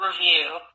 review